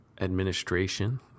administration